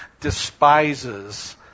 despises